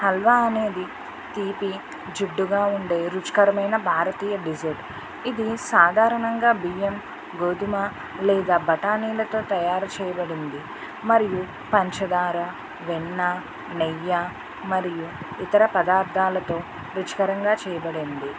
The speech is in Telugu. హల్వా అనేది తీపి జిడ్డుగా ఉండే రుచికరమైన భారతీయ డెసర్ట్ ఇది సాధారణంగా బియ్యం గోధుమ లేదా బఠానీలతో తయారు చేయబడింది మరియు పంచదార వెన్ననెయ్యి మరియు ఇతర పదార్థాలతో రుచికరంగా చేయబడింది